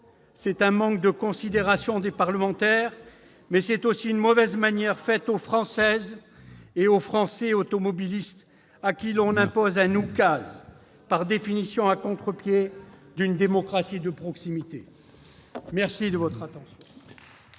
c'est un manque de considération pour les parlementaires, mais c'est aussi une mauvaise manière faite aux Français automobilistes à qui l'on impose un oukase, par définition à contre-pied d'une démocratie de proximité. La parole est